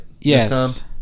Yes